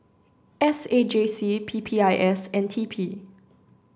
S A J C P P I S and T P